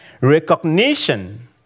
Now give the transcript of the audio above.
recognition